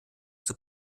zur